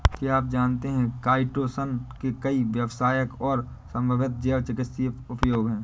क्या आप जानते है काइटोसन के कई व्यावसायिक और संभावित जैव चिकित्सीय उपयोग हैं?